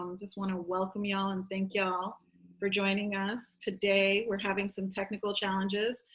um just want to welcome ya'll and thank y'all for joining us today. we're having some technical challenges.